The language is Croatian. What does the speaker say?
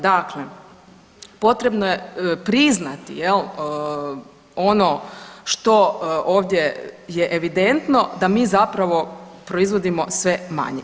Dakle, potrebno priznati jel ono što ovdje je evidentno da mi zapravo proizvodimo sve manje.